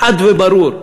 חד וברור.